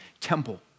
temple